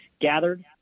gathered